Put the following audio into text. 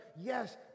yes